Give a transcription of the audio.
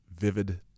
vivid